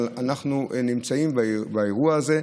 אבל אנחנו נמצאים באירוע הזה.